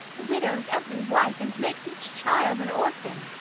widows every wife, and makes each child an orphan,